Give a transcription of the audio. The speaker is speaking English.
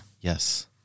Yes